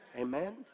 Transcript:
Amen